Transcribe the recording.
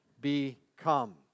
become